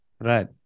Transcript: Right